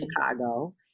Chicago